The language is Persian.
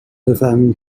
بفهمیم